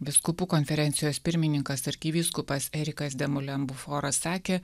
vyskupų konferencijos pirmininkas arkivyskupas erikas de molen buforas sakė